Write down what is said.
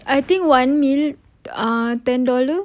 I think one meal ah ten dollar